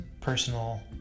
personal